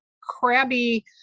crabby